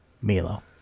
milo